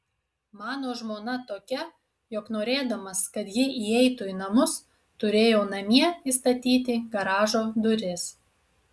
mano žmona tokia jog norėdamas kad ji įeitų į namus turėjau namie įstatyti garažo duris